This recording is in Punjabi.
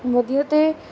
ਵਧੀਆ ਅਤੇ